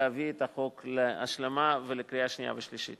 להביא את החוק להשלמה ולקריאה שנייה ושלישית.